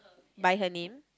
by her name